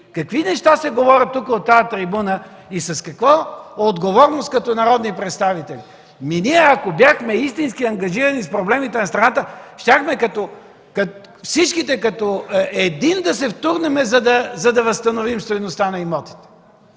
Какви неща се говорят тук от тази трибуна и с каква отговорност като народни представители? Ние, ако бяхме истински ангажирани с проблемите на страната, щяхме всички като един да се втурнем, за да възстановим стойността на имотите.